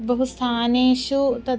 बहुषु स्थानेषु तत्र